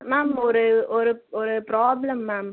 ma'am ஒரு ஒரு ஒரு பிராப்ளம் மேம்